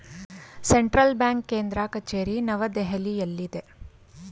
central bank ಕೇಂದ್ರ ಕಚೇರಿ ನವದೆಹಲಿಯಲ್ಲಿದೆ